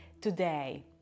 today